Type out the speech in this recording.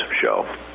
show